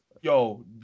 yo